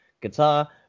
Guitar